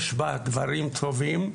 יש בה דברים טובים,